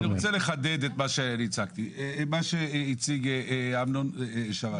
אני רוצה לחדד את מה שהציג אמנון מרחב.